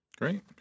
great